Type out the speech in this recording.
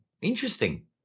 interesting